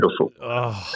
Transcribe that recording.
beautiful